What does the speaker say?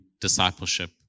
discipleship